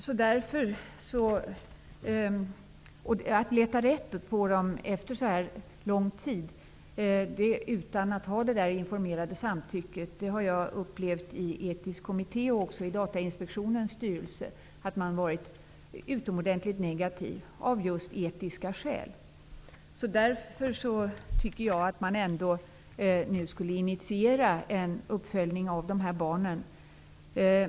Problemet med att leta reda på personer efter en så lång tid och utan att ha det informerade samtycket har jag upplevt i den etisk kommittén samt också i Datainspektionens styrelse. Man har av just etiska skäl varit utomordentligt negativ. Därför tycker jag att man nu borde initiera en uppföljning av dessa barns situation.